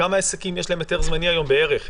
כמה עסקים יש להם היתר זמני היום בערך,